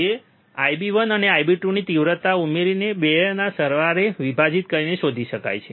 જે IB1 અને IB2 ની તીવ્રતા ઉમેરીને અને 2 ના સરવાળે વિભાજીત કરીને શોધી શકાય છે